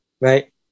right